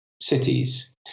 cities